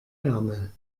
ärmel